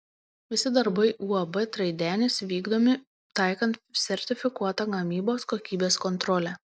visi darbai uab traidenis vykdomi taikant sertifikuotą gamybos kokybės kontrolę